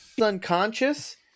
unconscious